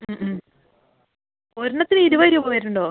ഒര് എണ്ണത്തിന് ഇരുപത് രൂപ വരുന്നുണ്ടോ